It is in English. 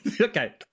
okay